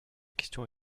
question